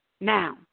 Now